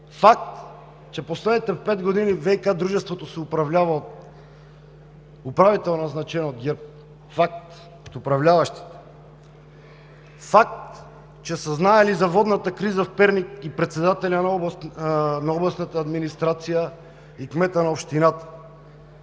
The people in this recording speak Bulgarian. Факт, че последните пет години ВиК дружеството се управлява от управител, назначен от ГЕРБ. Факт! От управляващите! Факт, че са знаели за водната криза в Перник и председателят на областната администрация, и кметът на общината.